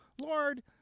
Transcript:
Lord